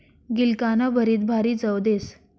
गिलकानं भरीत भारी चव देस